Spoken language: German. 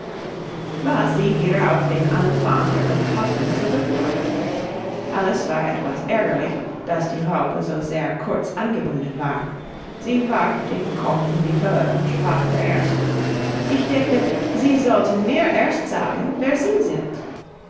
was sie wieder auf den anfang der unterhaltung zurückbrachte alice war etwas ärgerlich daß die raupe so sehr kurz angebunden war sie warf den kopf in die höhe und sprach sehr ernst ich dächte sie sollten mir erst sagen wer sie sind